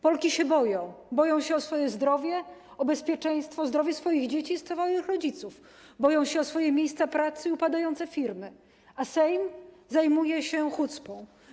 Polki się boją, boją się o swoje zdrowie, o bezpieczeństwo, zdrowie swoich dzieci i swoich rodziców, boją się o swoje miejsca pracy, upadające firmy, a Sejm zajmuje się hucpą.